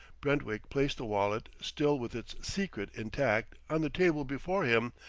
brentwick placed the wallet, still with its secret intact, on the table before him,